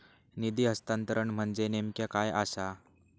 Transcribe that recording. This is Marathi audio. निधी हस्तांतरण म्हणजे नेमक्या काय आसा?